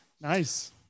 Nice